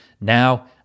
Now